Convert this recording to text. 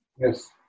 Yes